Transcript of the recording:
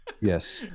Yes